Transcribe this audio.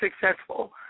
successful